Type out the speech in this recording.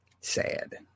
sad